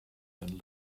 than